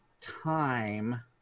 time